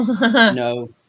No